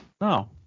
No